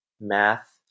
math